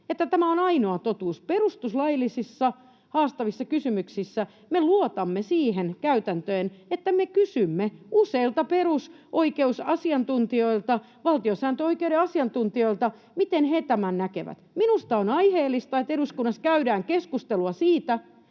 tämä on ainoa totuus. Perustuslaillisissa haastavissa kysymyksissä me luotamme siihen käytäntöön, että me kysymme useilta perusoikeusasiantuntijoilta, valtiosääntöoikeuden asiantuntijoilta, miten he tämän näkevät. Minusta on aiheellista, että eduskunnassa käydään keskustelua siitä,